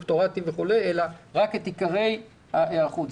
דוקטורט וכולי אלא רק את עיקרי ההיערכות,